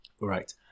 right